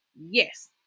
yes